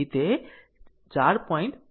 5 Ω છે